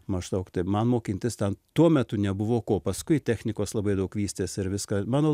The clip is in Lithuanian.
maždaug taip man mokintis ten tuo metu nebuvo ko paskui technikos labai daug vystėsi ir viską mano